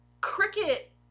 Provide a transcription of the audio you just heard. Cricket